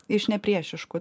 iš nepriešiškų